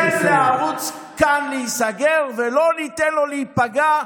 לא ניתן לערוץ כאן להיסגר ולא ניתן לו להיפגע,